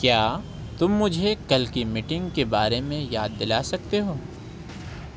کیا تم مجھے کل کی میٹنگ کے بارے میں یاد دلا سکتے ہو